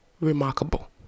remarkable